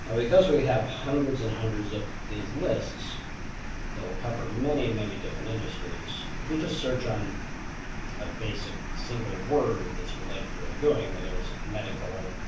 and because we have hundreds and hundreds of these lists that will cover many many different industries if you just search on a basic single word that's related to what you're doing. whether it's medical,